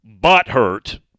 butthurt